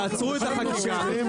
תעצרו את החקיקה.